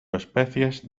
especies